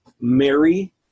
Mary